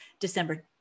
December